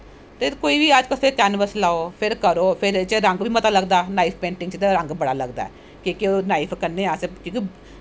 ते कोई बी अज्ज तुस कैनवस लैओ फिर करो फिर इस बिच्च रंग बी मता लगदा नाईफ पेंटिंग बिच्च ते रंग मता लगदा ऐ कि के नाइफ कन्नै अस कि के